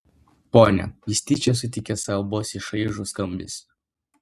ponia jis tyčia suteikė savo balsui šaižų skambesį